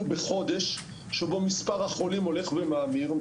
אנחנו בחודש שבו מספר החולים הולך ומאמיר,